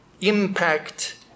impact